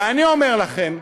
ואני אומר לכם,